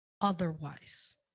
otherwise